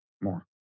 more